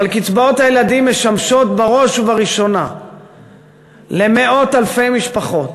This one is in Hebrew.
אבל קצבאות הילדים משמשות בראש ובראשונה למאות אלפי משפחות